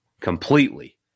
Completely